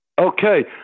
Okay